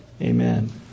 Amen